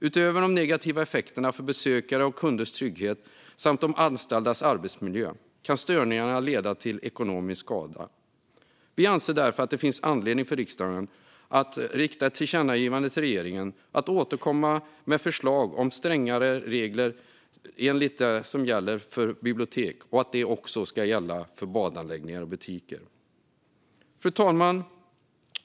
Utöver de negativa effekterna för besökares och kunders trygghet samt anställdas arbetsmiljö kan störningarna leda till ekonomisk skada. Vi anser därför att det finns anledning för riksdagen att rikta ett tillkännagivande till regeringen om att återkomma med förslag om strängare regler enligt vad som gäller för bibliotek och att det också ska gälla för badanläggningar och butiker.